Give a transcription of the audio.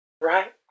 Right